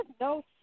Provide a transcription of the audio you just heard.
no